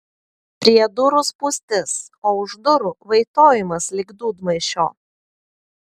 prie durų spūstis o už durų vaitojimas lyg dūdmaišio